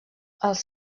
els